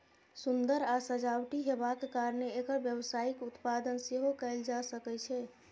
सुंदर आ सजावटी हेबाक कारणें एकर व्यावसायिक उत्पादन सेहो कैल जा सकै छै